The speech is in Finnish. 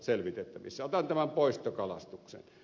otan tämän poistokalastuksen